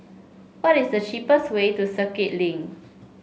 what is the cheapest way to Circuit Link